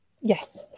yes